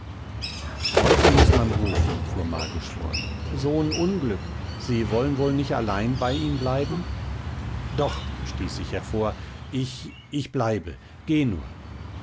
leute muß man rufen fuhr margusch fort so n unglück sie wollen wohl nich allein bei ihm bleiben doch stieß ich hervor ich ich bleibe geh nur